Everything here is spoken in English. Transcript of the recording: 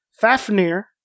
Fafnir